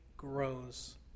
grows